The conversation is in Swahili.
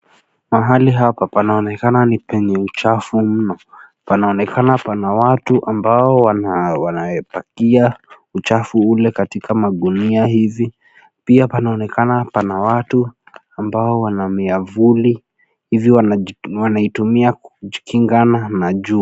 Mahali hapa panaonekana ni penye uchafu mno. Panaonekana pana watu ambao wanapakia uchafu ule katika magunia hivi. pia panaonekana pana watu ambao wana miavuli, hivi wanaitumia kujikingana na jua.